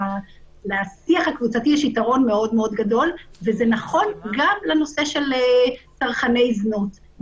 לשיח הקבוצתי יש יתרון מאוד גדול וזה נכון גם לנושא של צרכני זנות.